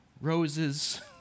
roses